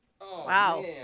Wow